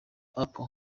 apple